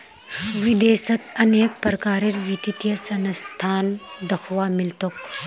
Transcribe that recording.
विदेशत अनेक प्रकारेर वित्तीय संस्थान दख्वा मिल तोक